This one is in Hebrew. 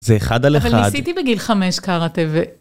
זה אחד על אחד. אבל ניסיתי בגיל חמש קראטה.